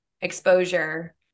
exposure